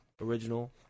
original